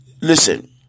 Listen